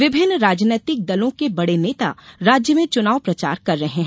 विभिन्न राजनैतिक दलों के बडे नेता राज्य में चुनाव प्रचार कर रहे है